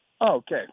Okay